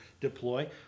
deploy